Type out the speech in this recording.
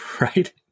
right